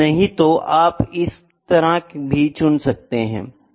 नहीं तो आप इस तरह भी चुन सकते है